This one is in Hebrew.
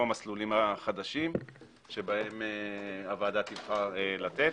המסלולים החדשים שבהם הוועדה תבחר לתת.